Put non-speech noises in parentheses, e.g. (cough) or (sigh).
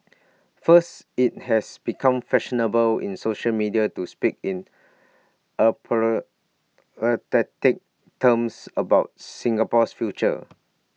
first IT has become fashionable in social media to speak in (unintelligible) terms about Singapore's future